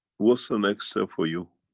what's the next step for you?